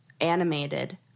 animated